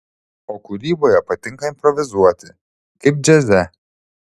o kūryboje patinka improvizuoti kaip džiaze